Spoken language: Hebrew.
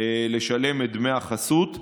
לשלם את דמי החסות.